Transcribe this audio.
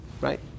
right